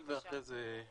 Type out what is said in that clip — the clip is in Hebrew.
אני אתחיל ואחרי זה מיקי.